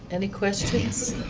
any questions?